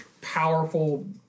powerful